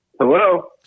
Hello